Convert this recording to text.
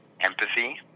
empathy